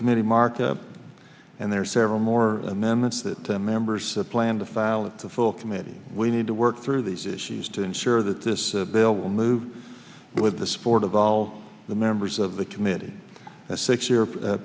committee markup and there are several more amendments that members plan to file at the full committee we need to work through these issues to ensure that this bill will move with the support of all the members of the committee that six